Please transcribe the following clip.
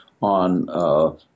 on